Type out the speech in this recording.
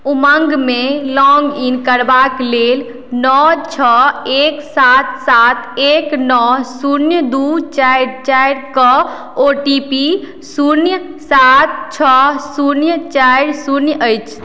उमङ्गमे log in करबाक लेल नओ छओ एक सात सात एक नओ शून्य दू चारि चारिके ओ टी पी शून्य सात छओ शून्य चारि शुन्य अछि